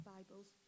Bibles